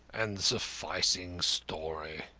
and the sufficing story.